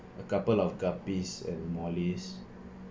a couple of guppies and mollies